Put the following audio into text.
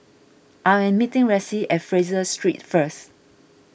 I am meeting Ressie at Fraser Street first